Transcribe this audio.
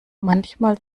manchmal